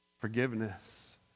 Forgiveness